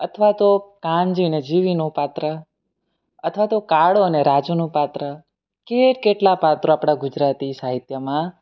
અથવા તો કાનજીને જીવીનું પાત્ર અથવા તો કાળો અને રાજુનું પાત્ર કેટ કેટલા પાત્રો આપણા ગુજરાતી સાહિત્યમાં